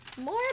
More